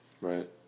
Right